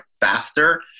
faster